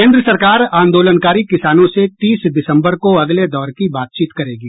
केन्द्र सरकार आंदोलनकारी किसानों से तीस दिसम्बर को अगले दौर की बातचीत करेगी